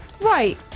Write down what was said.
right